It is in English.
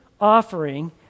offering